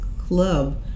club